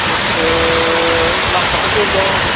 इसे लालबाहादुर दं